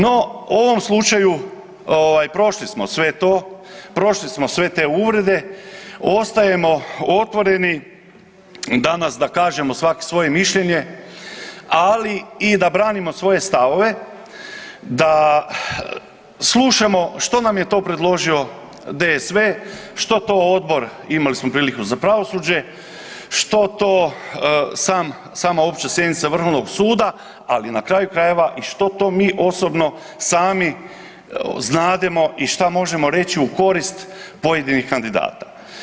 No, u ovom slučaju, ovaj prošli smo sve to, prošli smo sve te uvrede ostajemo otvoreni danas da kažemo svaki svoje mišljenje, ali i da branimo svoje stavove, da slušamo što nam je to predložio DSV, što to odbor, imali smo priliku za pravosuđe, što to sam, sama opća sjednica Vrhovnog suda, ali na kraju krajeva i što to mi osobno sami znademo i šta možemo reći u korist pojedinih kandidata.